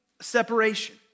separation